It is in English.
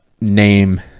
name